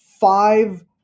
five